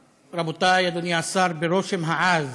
רבותי, אדוני השר, ברושם העז